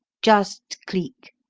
just cleek!